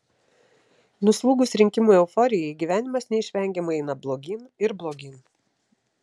nuslūgus rinkimų euforijai gyvenimas neišvengiamai eina blogyn ir blogyn